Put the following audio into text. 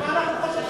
ממה אנחנו חוששים?